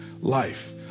life